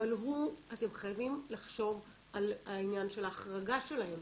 אתם חייבים לחשוב על העניין של ההחרגה שלהם